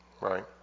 Right